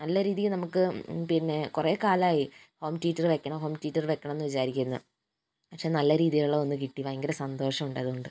നല്ല രീതിയിൽ നമുക്ക് പിന്നെ കുറേ കാലമായി ഹോം തിയേറ്റർ വെക്കണം ഹോം തിയേറ്റർ വെക്കണമെന്ന് വിചാരിക്കുന്നു പക്ഷെ നല്ല രീതിയിലുള്ള ഒന്ന് കിട്ടി ഭയങ്കര സന്തോഷം ഉണ്ട് അതുകൊണ്ട്